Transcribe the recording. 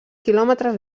quilòmetres